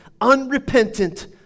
unrepentant